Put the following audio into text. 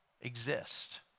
exist